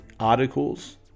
articles